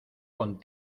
con